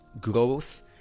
growth